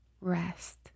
Rest